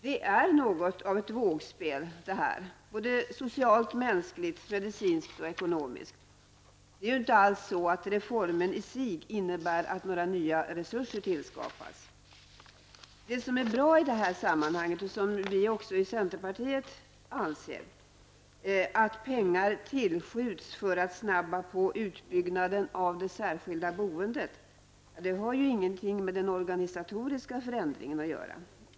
Det är något av ett vågspel både socialt-mänskligt, medicinskt och ekonomiskt. Det är ju inte alls så att reformen i sig innebär att några nya resurser tillskapas. Det som är bra i det här sammanhanget, som också centerpartiet anser, är att pengar tillskjuts för att snabba på utbyggnaden av ''det särskilda boendet''. Det har ju ingenting med den organisatoriska förändringen att göra.